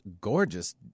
gorgeous